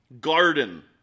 garden